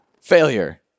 failure